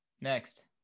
Next